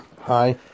Hi